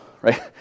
right